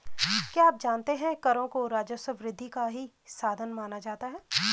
क्या आप जानते है करों को राजस्व वृद्धि का ही साधन माना जाता है?